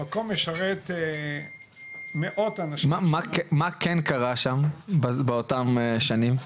המקום משרת מאות אנשים --- מה כן קרה שם באותן שנים?